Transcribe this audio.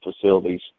facilities